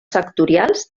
sectorials